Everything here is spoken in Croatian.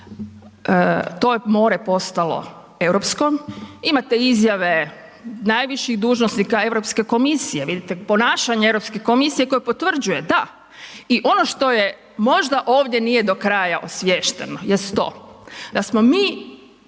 to je more postalo europsko. Imate izjave najviših dužnosnika Europske komisije, vidite ponašanje Europske komisije koji potvrđuje da. I ono što možda ovdje nije do kraja osviješteno jest to da smo mi